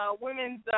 women's